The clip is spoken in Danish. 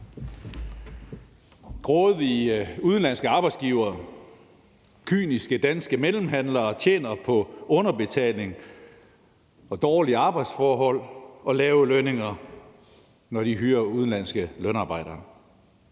Grådige udenlandske arbejdsgivere og kyniske danske mellemhandlere tjener på underbetaling, dårlige arbejdsforhold og lave lønninger, når de hyrer udenlandske lønarbejdere.